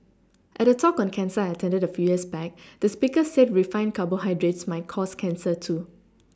at a talk on cancer I attended a few years back the speaker said refined carbohydrates might cause cancer too